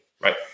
right